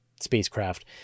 spacecraft